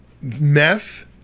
meth